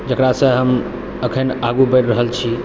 जेकरासँ हम एखैन आगू बढ़ि रहल छी